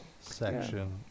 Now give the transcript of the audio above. section